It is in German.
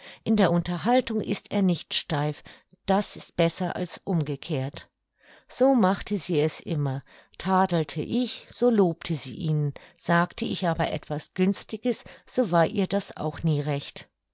in der unterhaltung ist er nicht steif das ist besser als umgekehrt so machte sie es immer tadelte ich so lobte sie ihn sagte ich aber etwas günstiges so war ihr das auch nie recht